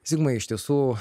zigmai iš tiesų